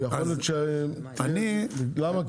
יכול להיות, למה?